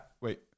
Wait